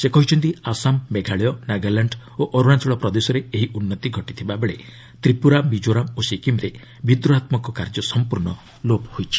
ସେ କହିଛନ୍ତି ଆସାମ ମେଘାଳୟ ନାଗାଲାଣ୍ଡ ଓ ଅର୍ରଣାଚଳ ପ୍ରଦେଶରେ ଏହି ଉନ୍ନତି ଘଟିଥିବା ବେଳେ ତ୍ରିପୁରା ମିକୋରାମ୍ ଓ ସିକିମ୍ରେ ବିଦ୍ରୋହାତ୍ଲକ କାର୍ଯ୍ୟ ସମ୍ପର୍ଶ୍ଣ ଲୋପ ହୋଇଛି